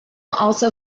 also